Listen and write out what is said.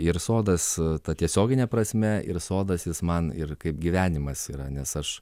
ir sodas tiesiogine prasme ir sodas jis man ir kaip gyvenimas yra nes aš